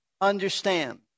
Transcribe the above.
understand